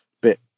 bit